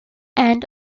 and